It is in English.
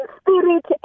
spirit